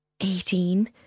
Eighteen